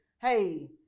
Hey